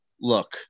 look